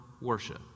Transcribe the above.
worship